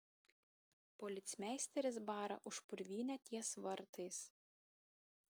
policmeisteris bara už purvynę ties vartais